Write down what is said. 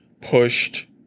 pushed